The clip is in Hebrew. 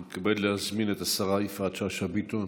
אני מתכבד להזמין את השרה יפעת שאשא ביטון